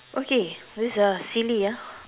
okay this a silly ah